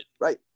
Right